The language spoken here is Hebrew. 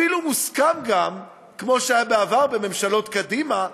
אפילו מוסכם גם, כמו שהיה בעבר בממשלות קדימה,